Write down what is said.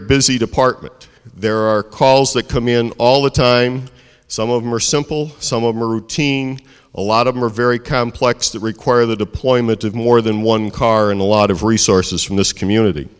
busy department there are calls that come in all the time some of them are simple some of them are routine a lot of them are very complex that require the deployment of more than one car and a lot of resources from this community